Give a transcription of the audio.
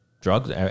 drugs